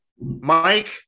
Mike